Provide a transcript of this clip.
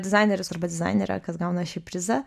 dizaineris arba dizainerė kas gauna šį prizą